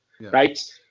right